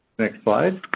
next slide.